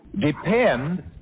depend